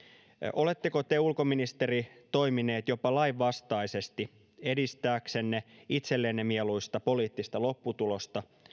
oletteko te ulkoministeri toiminut jopa lainvastaisesti edistääksenne itsellenne mieluista poliittista lopputulosta